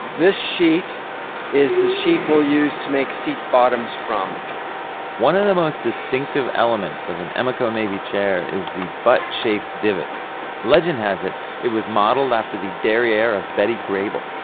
this sheet is the sheet we'll use to make seat bottoms from one of the most distinctive elements of an emeco navy chair is the butt shaped divot legend has it that it was modeled after the derriere of betty grable,